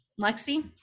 lexi